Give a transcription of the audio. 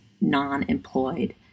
non-employed